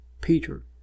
Peter